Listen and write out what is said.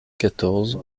quatorze